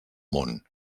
món